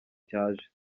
cyaje